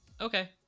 Okay